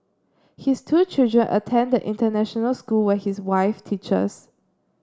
his two children attend the international school where his wife teaches